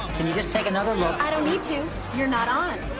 can you just take another look? i don't need to, you're not on.